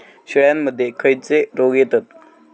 शेळ्यामध्ये खैचे रोग येतत?